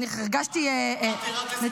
אני הרגשתי --- ממש לא.